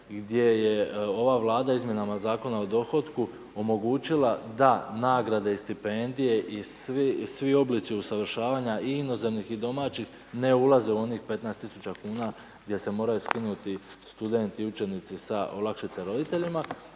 gdje je ova Vlada Izmjenama zakona o dohotku omogućila da nagrade i stipendije i svi oblici usavršavanja i inozemnih i domaćih ne ulaze u onih 15 tisuća kuna gdje se moraju skinuti studenti i učenici sa olakšice roditeljima.